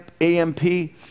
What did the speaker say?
AMP